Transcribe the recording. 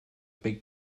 big